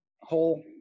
whole